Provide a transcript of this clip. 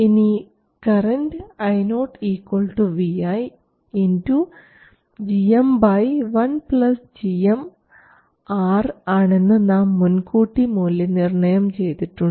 ഇനി current Io Vi gm 1 gmR ആണെന്ന് നാം മുൻകൂട്ടി മൂല്യനിർണ്ണയം ചെയ്തിട്ടുണ്ട്